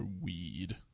weed